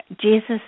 Jesus